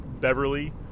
Beverly